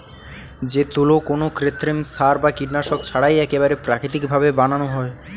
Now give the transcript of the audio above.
যে তুলো কোনো কৃত্রিম সার বা কীটনাশক ছাড়াই একেবারে প্রাকৃতিক ভাবে বানানো হয়